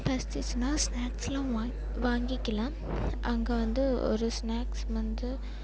பசிச்சின்னால் ஸ்னாக்ஸ்லாம் வாங் வாங்கிக்கலாம் அங்கே வந்து ஒரு ஸ்னாக்ஸ் வந்து